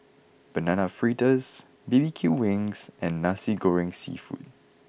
Banana Fritters B B Q Wings and Nasi Goreng seafood